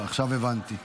עכשיו הבנתי,